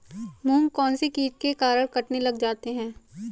मूंग कौनसे कीट के कारण कटने लग जाते हैं?